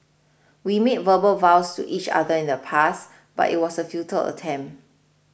we made verbal vows to each other in the past but it was a futile attempt